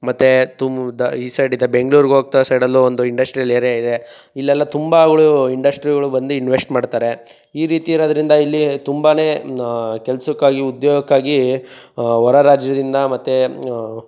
ಮತ್ತು ತುಮು ದ ಈ ಸೈಡಿದೆ ಬೆಂಗ್ಳೂರಿಗೋಗ್ತಾ ಸೈಡಲ್ಲೂ ಒಂದು ಇಂಡಶ್ಟ್ರಿಯಲ್ ಏರ್ಯಾ ಇಲ್ಲೆಲ್ಲ ತುಂಬಾಗಳು ಇಂಡಶ್ಟ್ರಿಗಳು ಬಂದು ಇನ್ವೆಶ್ಟ್ ಮಾಡ್ತಾರೆ ಈ ರೀತಿ ಇರೋದ್ರಿಂದ ಇಲ್ಲಿ ತುಂಬಾ ಕೆಲಸಕ್ಕಾಗಿ ಉದ್ಯೋಗಕ್ಕಾಗಿ ಹೊರ ರಾಜ್ಯದಿಂದ ಮತ್ತು